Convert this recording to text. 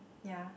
ya